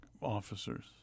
officers